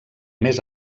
més